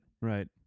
right